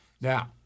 Now